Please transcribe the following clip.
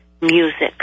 music